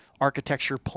architecture